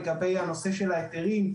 נושא ההיתרים.